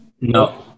No